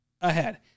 ahead